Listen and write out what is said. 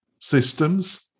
systems